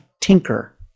tinker